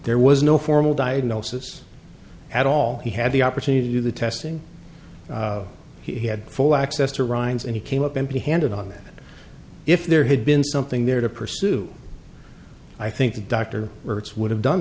there was no formal diagnosis at all he had the opportunity to do the testing he had full access to ryan's and he came up empty handed on that if there had been something there to pursue i think the doctor or its would have done